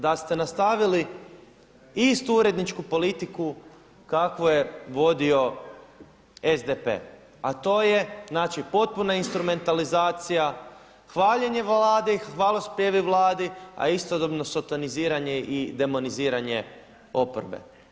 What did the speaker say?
Da ste nastavili istu uredničku politiku kakvu je vodio SDP, a to je znači potpuna instrumentalizacija, hvaljenje Vlade, hvalospjevi Vladi, a istodobno sotoniziranje i demoniziranje oporbe.